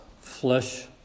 flesh